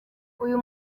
uyu